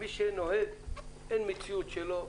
ואגב, מי שנוהג אין מציאות שלא יהיו,